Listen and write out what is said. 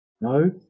no